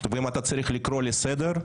ואם אתה צריך לקרוא לסדר,